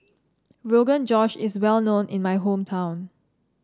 Rogan Josh is well known in my hometown